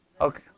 Okay